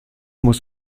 muss